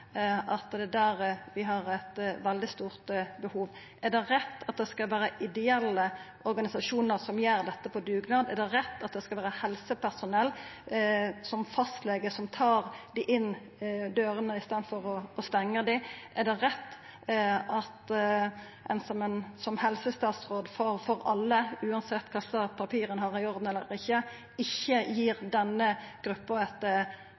spesielt i kommunehelsetenesta, der ein veit at det er eit veldig stort behov? Er det rett at det skal vera ideelle organisasjonar som gjer dette på dugnad? Er det rett at det skal vera helsepersonell, som fastlege, som tar dei inn dørene, i staden for å stengja dei ute? Er det rett at ein som helsestatsråd for alle, uansett om ein har papira i orden eller ikkje, ikkje gir denne gruppa eit